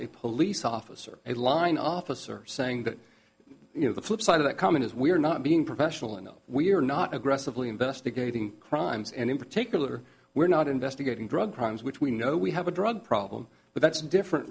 a police officer a line officer saying that you know the flipside of that comment is we are not being professional enough we're not aggressively investigating crimes and in particular we're not investigating drug crimes which we know we have a drug problem but that's different